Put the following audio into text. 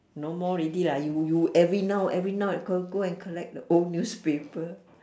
no more already lah you you every now every now go go and collect the old newspaper